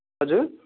हजुर